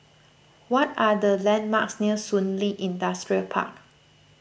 what are the landmarks near Shun Li Industrial Park